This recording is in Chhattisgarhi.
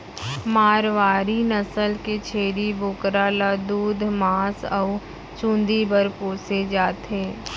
मारवारी नसल के छेरी बोकरा ल दूद, मांस अउ चूंदी बर पोसे जाथे